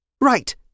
Right